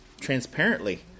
transparently